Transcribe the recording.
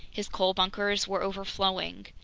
his coal bunkers were overflowing.